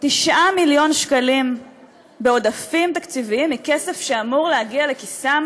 9 מיליון שקלים בעודפים תקציביים מכסף שאמור להגיע לכיסם